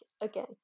again